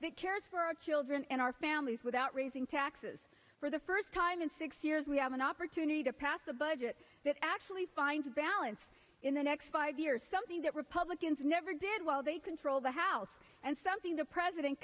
that cares for our children and our families without raising taxes for the first time in six years we have an opportunity to pass a budget that actually finds balance in the next five years something that republicans never did while they controlled the house and something the president